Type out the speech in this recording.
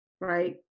right